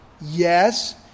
Yes